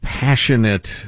passionate